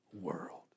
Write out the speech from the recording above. world